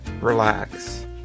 relax